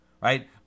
right